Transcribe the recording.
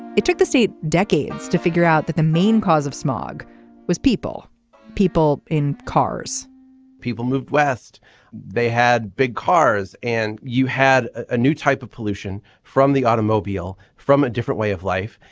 it took the state decades to figure out that the main cause of smog was people people in cars people moved west they had big cars and you had a new type of pollution from the automobile from a different way of life.